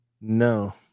No